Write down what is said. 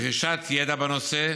רכישת ידע בנושא,